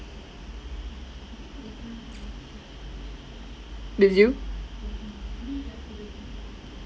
did you